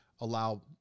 allow